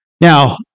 Now